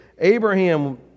Abraham